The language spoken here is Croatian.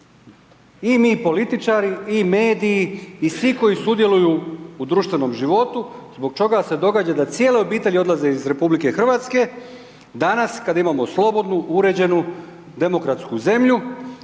I mi političari i mediji i svi koji sudjeluju u društvenog životu, zbog čega se događa da cijele obitelji odlaze iz RH, danas kad imamo slobodnu, uređenu, demokratsku zemlju,